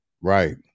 Right